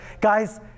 Guys